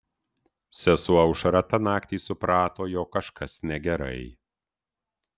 sesuo aušra tą naktį suprato jog kažkas negerai